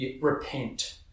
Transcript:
repent